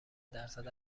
درصد